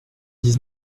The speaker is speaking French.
dix